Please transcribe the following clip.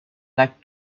like